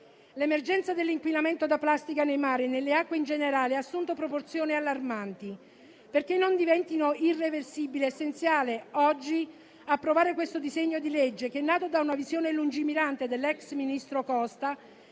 L'emergenza dell'inquinamento da plastica nei mari e nelle acque in generale ha assunto proporzioni allarmanti. Affinché non diventi irreversibile è essenziale oggi approvare il disegno di legge in esame che, nato da una visione lungimirante dell'ex ministro Costa,